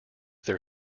their